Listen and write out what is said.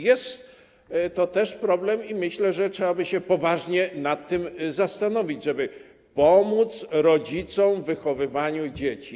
Jest to też problem i myślę, że trzeba by się poważnie nad tym zastanowić, żeby pomóc rodzicom w wychowywaniu dzieci.